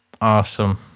Awesome